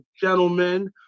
gentlemen